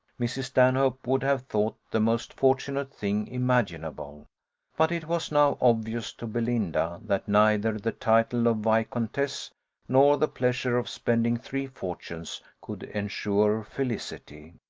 mrs. stanhope would have thought the most fortunate thing imaginable but it was now obvious to belinda, that neither the title of viscountess, nor the pleasure of spending three fortunes, could ensure felicity.